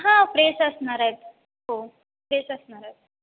हा फ्रेश असणार आहेत हो फ्रेश असणार आहेत